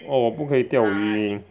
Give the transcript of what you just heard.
!wah! 我不可以钓鱼